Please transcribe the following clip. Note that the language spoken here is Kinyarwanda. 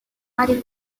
ari